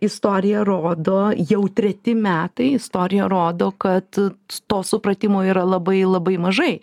istorija rodo jau treti metai istorija rodo kad to supratimo yra labai labai mažai